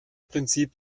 prinzip